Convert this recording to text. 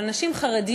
אבל נשים חרדיות,